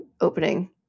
opening